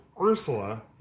Ursula